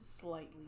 slightly